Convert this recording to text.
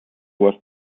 was